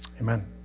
Amen